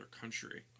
country